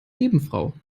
nebenfrau